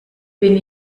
bin